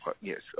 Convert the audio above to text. Yes